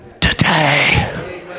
today